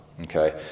Okay